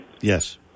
Yes